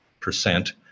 Percent